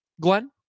Glenn